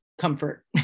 comfort